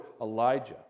Elijah